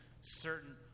certain